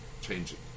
changing